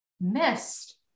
missed